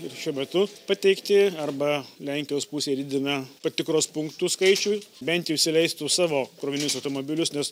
ir šiuo metu pateikti arba lenkijos pusė didina patikros punktų skaičių bent jau įsileistų savo krovininius automobilius nes